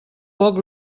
poc